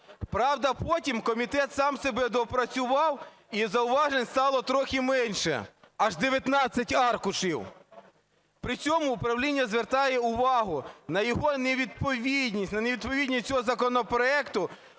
Правда, потім комітет сам себе доопрацював і зауважень стало трохи менше: аж 19 аркушів. При цьому управління звертає увагу на його невідповідність, на невідповідність цього законопроекту